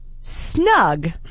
snug